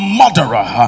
murderer